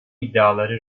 iddiaları